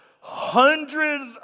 hundreds